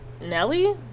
Nelly